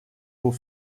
aux